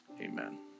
amen